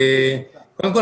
קודם כול,